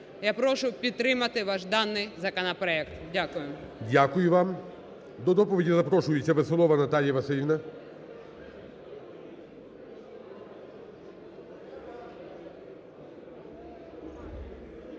Я підтримати вас даний законопроект. Дякую. ГОЛОВУЮЧИЙ. Дякую вам. До доповіді запрошується Веселова Наталія Василівна.